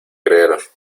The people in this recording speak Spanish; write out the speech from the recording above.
creer